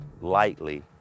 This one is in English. lightly